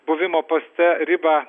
buvimo poste ribą